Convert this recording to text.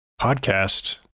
podcast